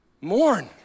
mourn